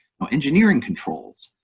now engineering controls,